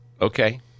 okay